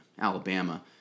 Alabama